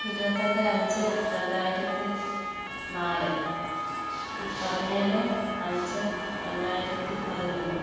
ഇരുപത്തിയെട്ട് അഞ്ച് രണ്ടായിരത്തിനാല് പതിനേഴ് അഞ്ച് രണ്ടായിരത്തി പതിനൊന്ന്